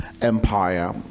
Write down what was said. empire